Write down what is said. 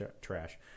trash